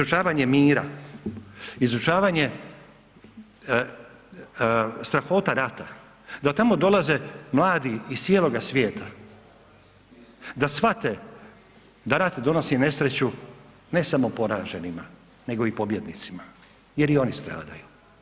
Izučavanje mira, izučavanje strahota rata, da tamo dolaze mladi iz cijeloga svijeta, da shvate da rat donosi nesreću ne samo poraženima, nego i pobjednicima jer i oni stradaju.